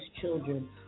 children